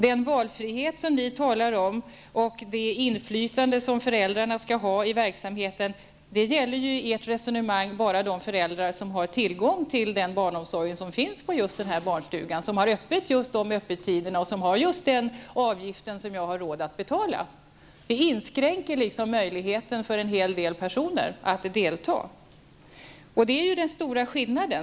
Den valfrihet som ni talar om och det inflytande som föräldrarna skall ha i verksamheten gäller i ert resonemang bara de föräldrar som har tillgång till barnomsorg som finns på vissa barnstugor, barnstugor som har vissa öppettider och som tar ut avgifter som dessa föräldrar har råd att betala. Det inskränker möjligheterna för en hel del personer att delta. Där har vi en annan stor skillnad.